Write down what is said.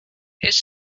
his